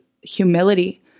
humility